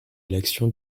l’action